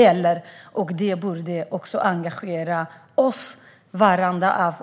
Detta borde engagera oss alla,